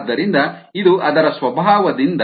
ಆದ್ದರಿಂದ ಇದು ಅದರ ಸ್ವಭಾವದಿಂದ